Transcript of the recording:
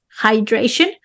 hydration